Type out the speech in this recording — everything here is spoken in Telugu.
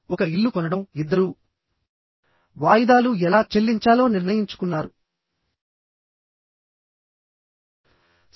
ఒక ఇల్లు కొనడం ఇద్దరూ వాయిదాలు ఎలా చెల్లించాలో నిర్ణయించుకున్నారు